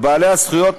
בעלי הזכויות.